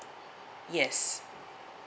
yes